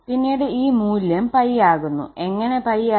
പിന്നീട് ഈ മൂല്യം 𝜋 ആകുന്നുഎങ്ങനെ 𝜋 ആയി